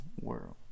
world